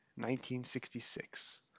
1966